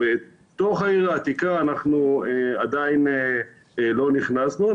בתוך העיר העתיקה אנחנו עדיין לא נכנסנו.